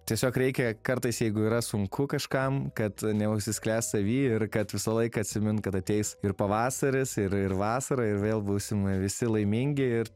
tiesiog reikia kartais jeigu yra sunku kažkam kad neužsisklęst savy ir kad visą laiką atsimint kad ateis ir pavasaris ir ir vasara ir vėl būsim visi laimingi ir